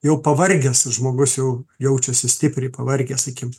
jau pavargęs žmogus jau jaučiasi stipriai pavargęs sakykim